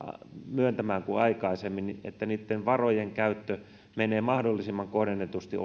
myöntämään kuin aikaisemmin että niitten varojen käyttö menee mahdollisimman kohdennetusti